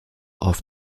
auf